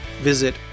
visit